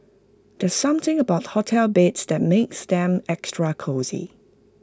there's something about hotel beds that makes them extra cosy